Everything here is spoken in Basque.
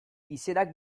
izenak